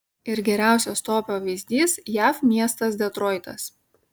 ir geriausias to pavyzdys jav miestas detroitas